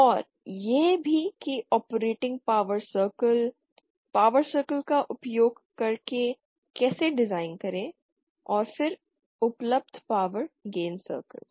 और यह भी कि operating power circle power circle का उपयोग करके कैसे डिज़ाइन करें और फिर उपलब्ध पावर गेन सर्कल्स